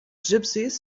gypsies